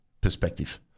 perspective